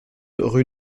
rue